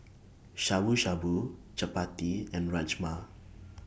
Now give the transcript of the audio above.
Shabu Shabu Chapati and Rajma